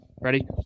Ready